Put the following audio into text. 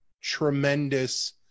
tremendous